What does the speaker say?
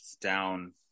down